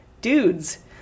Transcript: dudes